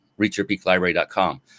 reachyourpeaklibrary.com